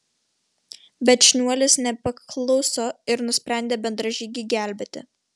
bet šniuolis nepakluso ir nusprendė bendražygį gelbėti